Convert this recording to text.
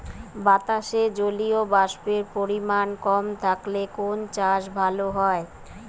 বাতাসে জলীয়বাষ্পের পরিমাণ কম থাকলে কোন চাষ ভালো হয়?